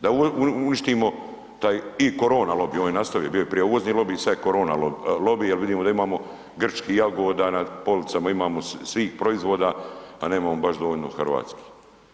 Da uništimo taj i korona lobij, on je nastavio, bio je prije uvozni lobij, sad je korona lobij jer vidimo da imamo grčkih jagoda na policama, imamo svih proizvoda, a nemamo baš dovoljno hrvatskih.